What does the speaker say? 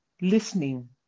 listening